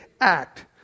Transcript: act